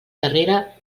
darrere